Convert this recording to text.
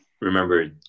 remember